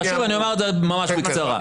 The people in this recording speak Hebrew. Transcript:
אני אומר את זה ממש בקצרה.